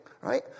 right